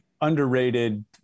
underrated